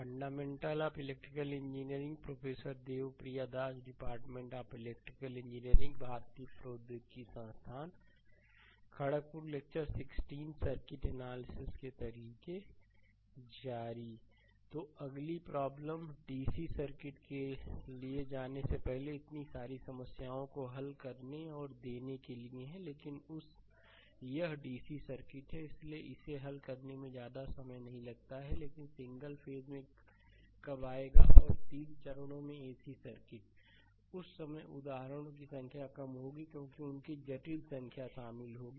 fundamental of electrical engineering professor Devpriya Das department of electrical engineering भारतीय प्रौद्योगिकी संस्थान खड़गपुर लेक्चर 16 सर्किट एनालिसिस के तरीके जारी तो अगली प्रॉब्लम डीसी सर्किट के लिए जाने से पहले इतनी सारी समस्याओं को हल करने और देने के लिए है लेकिन यह डीसी सर्किट है इसलिए इसे हल करने में ज्यादा समय नहीं लगता है लेकिन सिंगल फेज में कब आएगा और 3 चरणों में एसी सर्किट उस समय उदाहरणों की संख्या कम होगी क्योंकि उनकी जटिल संख्या शामिल होगी